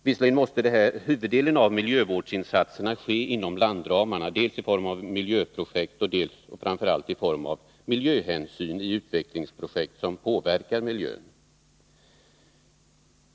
Visserligen måste huvuddelen av miljövårdsinsatserna ske inom landramarna dels i form av miljöprojekt, dels framför allt i form av miljöhänsyn i utvecklingsprojekt som påverkar miljön.